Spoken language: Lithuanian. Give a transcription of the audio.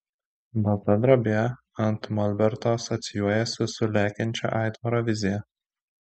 balta drobė ant molberto asocijuojasi su lekiančio aitvaro vizija